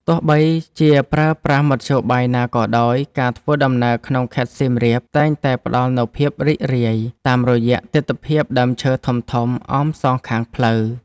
ទោះបីជាប្រើប្រាស់មធ្យោបាយណាក៏ដោយ ការធ្វើដំណើរក្នុងខេត្តសៀមរាបតែងតែផ្ដល់នូវភាពរីករាយ តាមរយៈទិដ្ឋភាពដើមឈើធំៗអមសងខាងផ្លូវ។